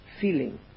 feeling